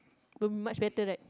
will much better right